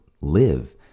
live